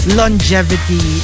longevity